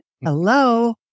Hello